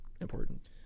important